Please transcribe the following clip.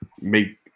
make